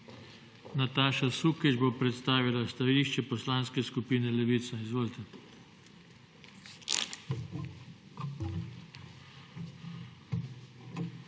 Nataša Sukič bo predstavila stališče Poslanske skupine Levica. Izvolite.